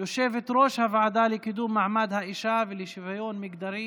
יושבת-ראש הוועדה לקידום מעמד האישה ולשוויון מגדרי